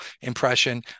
impression